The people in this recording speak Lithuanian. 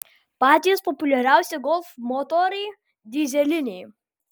patys populiariausi golf motorai dyzeliniai